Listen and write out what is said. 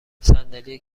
صندلی